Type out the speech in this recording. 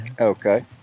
Okay